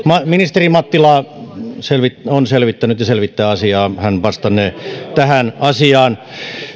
ministeri mattila on selvittänyt ja selvittää asiaa hän vastannee tähän asiaan